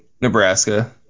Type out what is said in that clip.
Nebraska